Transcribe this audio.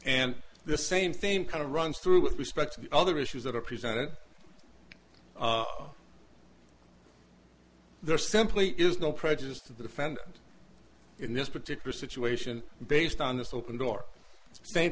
and the same thing kind of runs through with respect to the other issues that are presented there simply is no prejudice to the defendant in this particular situation based on this open door same